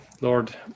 lord